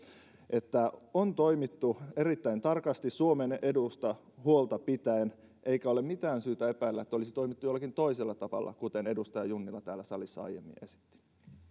että on toimittu erittäin tarkasti suomen edusta huolta pitäen eikä ole mitään syytä epäillä että olisi toimittu jollakin toisella tavalla kuten edustaja junnila täällä salissa aiemmin esitti